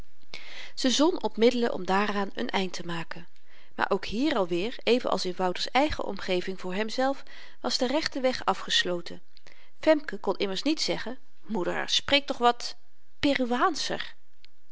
ze zon op middelen om daaraan n eind te maken maar ook hier alweer even als in wouters eigen omgeving voor hemzelf was de rechte weg afgesloten femke kon immers niet zeggen moeder spreek toch wat peruaanscher